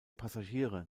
passagiere